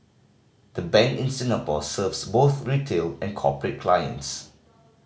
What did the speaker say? the bank in Singapore serves both retail and corporate clients